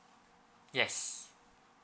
yes